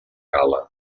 gala